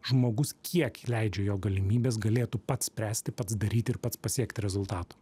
žmogus kiek jį leidžia jo galimybės galėtų pats spręsti pats daryti ir pats pasiekti rezultato